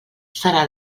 serà